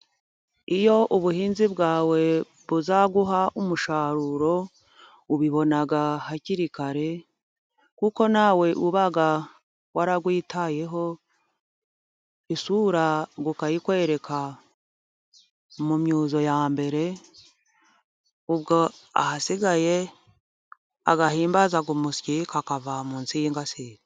Iyo ubuhinzi bwawe buzaguha umusaruro, ubibona hakiri kare, kuko nawe uba warawitayeho, isura ukayikwereka mu myuzo ya mbere, ubwo ahasigaye agahimbaza umusyi, kakava munsi y'ingasire.